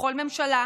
בכל ממשלה,